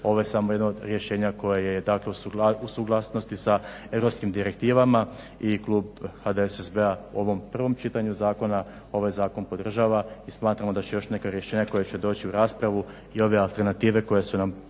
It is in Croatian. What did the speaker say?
ovo je sada samo jedno od rješenja koje je dakle u suglasnosti sa Europskim direktivama i klub HDSSB-a u ovom prvom čitanju zakona ovaj zakon podržava i smatramo da će još neka rješenja koja će doći u raspravu i ove alternative koje su nam